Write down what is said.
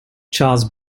charles